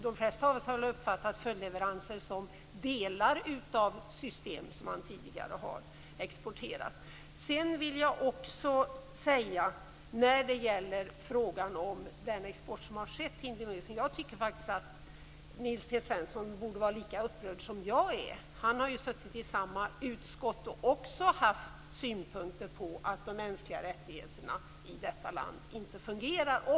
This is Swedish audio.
De flesta av oss har väl uppfattat följdleveranser som delar av system som tidigare exporterats. Jag vill också säga något om den export som skett till Indonesien. Nils T Svensson borde vara lika upprörd som jag. Han har ju suttit i samma utskott och också haft synpunkter på att de mänskliga rättigheterna i Indonesien inte fungerar.